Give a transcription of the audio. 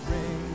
Rain